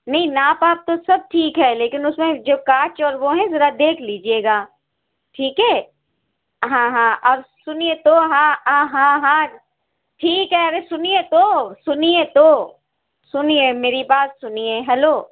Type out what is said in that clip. نہیں ناپ واپ تو سب ٹھیک ہے لیکن اس میں جو کاچ اور وہ ہیں ذرا دیکھ لیجیے گا ٹھیک ہے ہاں ہاں اور سنیے تو ہاں ہاں ہاں ٹھیک ہے ارے سنیے تو سنیے تو سنیے میری بات سنیے ہیلو